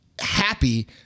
happy